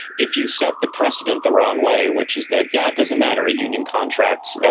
if you set the precedent the wrong way, which is that, yeah, it doesn't matter a union contract,